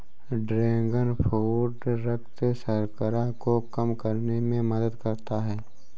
dragon fruit रक्त शर्करा को कम करने में मदद करता है